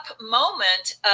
moment